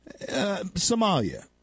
Somalia